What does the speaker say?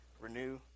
renew